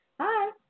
Hi